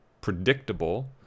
predictable